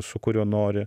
su kuriuo nori